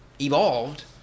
evolved